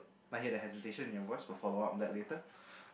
I hear the hesitation in your voice we'll follow up on that later